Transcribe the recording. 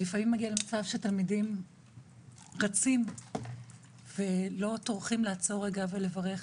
זה לפעמים מגיע למצב שתלמידים רצים ולא טורחים לעצור רגע ולברך